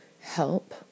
help